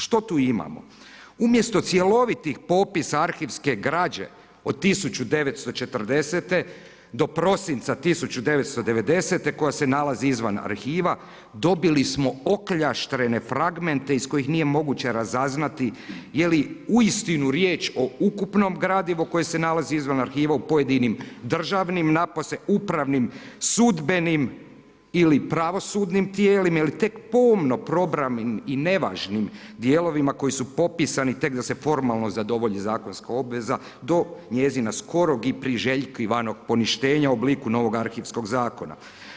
Što tu imamo? umjesto cjelovitih popisa arhivske građe od 1940. do prosinca 1990. koja se nalazi izvan arhiva, dobili smo okljaštrene fragmente iz kojih nije moguće razaznati je li uistinu riječ o ukupnom gradivu koje se nalazi izvan arhiva u pojedinim državnim, napose upravnim, sudbenim ili pravosudnim tijelima ili tek pomno probranim i nevažnim dijelovima koji su popisani tek da se formalno zadovolji zakonska obveza do njezina skorog i priželjkivanog poništenja u obliku novog arhivskog zakona.